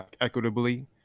equitably